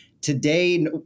today